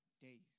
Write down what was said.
days